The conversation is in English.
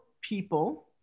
people